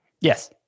Yes